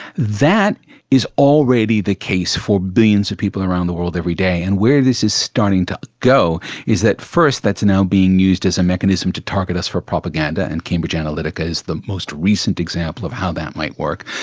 that is already the case for billions of people around the world every day, and where this is starting to go is that first that's now being used as a mechanism to target us for propaganda, and cambridge analytica is the most recent example of how that might work.